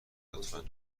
لطفا